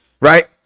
right